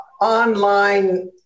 online